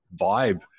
vibe